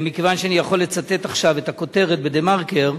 מכיוון שאני יכול לצטט עכשיו את הכותרת ב"דה-מרקר",